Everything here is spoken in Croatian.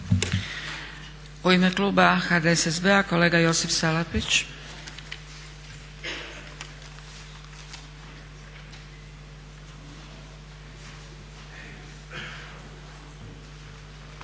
U ime kluba HDSSB-a kolega Josip Salapić.